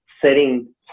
setting